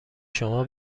شما